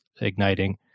igniting